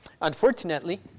unfortunately